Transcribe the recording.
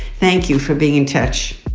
thank you for being in touch